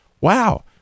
wow